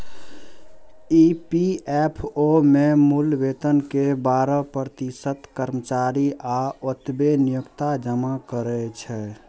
EPFO मे मूल वेतन के बारह प्रतिशत कर्मचारी आ ओतबे नियोक्ता जमा करै छै